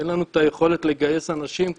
אין לנו את היכולת לגייס אנשים כאלה.